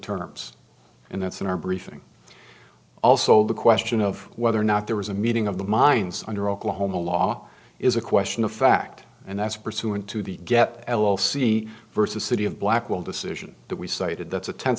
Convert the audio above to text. terms and that's in our briefing also the question of whether or not there was a meeting of the minds under oklahoma law is a question of fact and that's pursuant to the get l o l see versus city of black will decision that we cited that's a ten